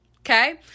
Okay